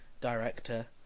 director